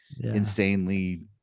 insanely